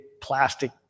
plastic